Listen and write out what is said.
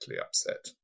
upset